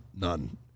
none